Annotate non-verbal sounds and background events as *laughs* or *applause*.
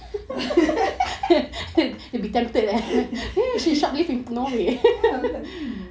*laughs* ya I mean